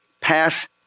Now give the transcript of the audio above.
pass